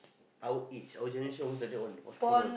our age our generation always like that one watch porn one